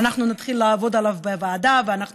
ואנחנו נתחיל לעבוד עליו בוועדה ואנחנו